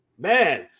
man